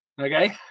okay